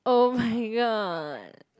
oh my god